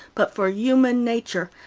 but for human nature,